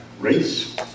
race